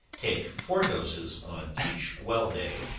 take four doses on each well day,